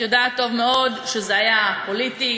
את יודעת טוב מאוד שזה היה פוליטי.